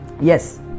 Yes